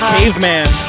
Caveman